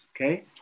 Okay